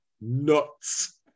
nuts